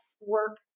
work